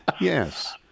Yes